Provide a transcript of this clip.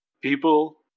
People